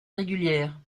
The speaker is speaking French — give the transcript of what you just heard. régulière